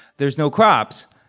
there's no crops.